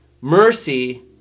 mercy